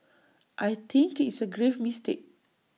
I think it's A grave mistake